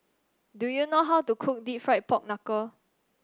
do you know how to cook deep fried Pork Knuckle